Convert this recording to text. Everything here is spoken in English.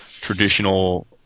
traditional